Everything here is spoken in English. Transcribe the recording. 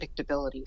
predictability